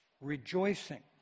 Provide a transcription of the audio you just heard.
rejoicing